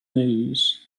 news